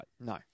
No